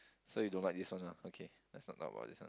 so you don't like this one lah okay let's not talk about this one